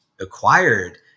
acquired